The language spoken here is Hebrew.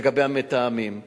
לגבי המתאמים.